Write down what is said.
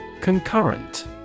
Concurrent